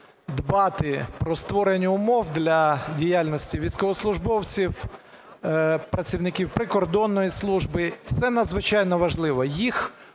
дбати про створення умов для діяльності військовослужбовців, працівників прикордонної служби. Це надзвичайно важливо